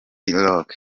rock